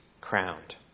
crowned